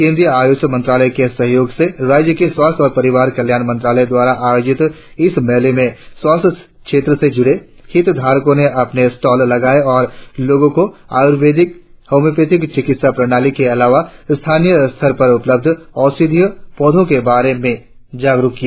केंद्रीय आयुष मंत्रालय के सहयोग से राज्य के स्वास्थ्य एवं परिवार कल्याण मंत्रालय द्वारा आयोजित इस मेले मे स्वास्थ्य क्षेत्र से जुड़े हितधारकों ने अपने स्टॉल लगाए और लोगों को आयुर्वेदिक होमियोपैथिक चिकित्सा प्रणाली के अलावा स्थानीय स्तर पर उपलब्ध औषधीय पौधो के बारे में जागरुक किया